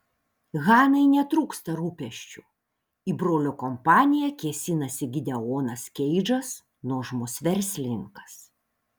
hanai netrūksta rūpesčių į brolio kompaniją kėsinasi gideonas keidžas nuožmus verslininkas